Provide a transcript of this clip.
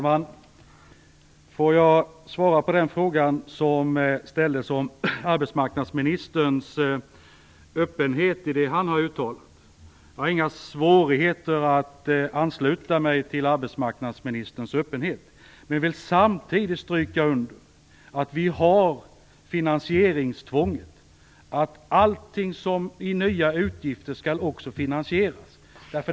Herr talman! Jag vill svara på den fråga som ställdes om arbetsmarknadsministerns öppenhet i det han har uttalat. Jag har inga svårigheter att ansluta mig till arbetsmarknadsministerns öppenhet, men jag vill samtidigt understryka finansieringstvånget. Alla nya utgifter skall finansieras.